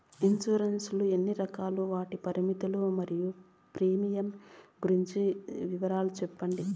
Insurance లు ఎన్ని రకాలు? వాటి కాల పరిమితులు మరియు ప్రీమియం గురించి వివరాలు సెప్పండి?